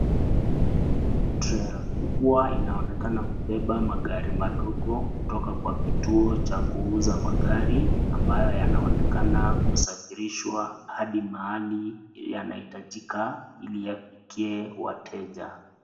Trailer kubwa inaonekana kubeba magari madogo kutoka kwa kituo cha kuuza magari, ambayo yanaonekana kusafirishwa hadi mahali yanaitajika, ili yafikie wateja.